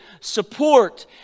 support